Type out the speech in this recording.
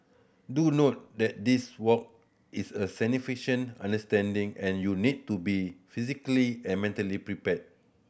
do note that this walk is a undertaking and you need to be physically and mentally prepared